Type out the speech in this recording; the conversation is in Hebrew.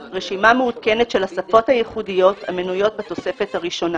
רשימה מעודכנת של השפות הייחודיות המנויות בתוספת הראשונה.